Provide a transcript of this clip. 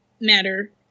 matter